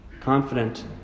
confident